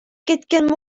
кеткен